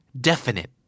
Definite